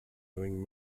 doing